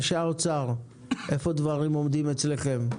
אנשי האוצר, בבקשה, איפה הדברים עומדים אצלכם?